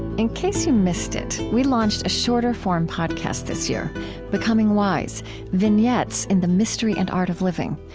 in case you missed it, we launched a shorter form podcast this year becoming wise vignettes in the mystery and art of living.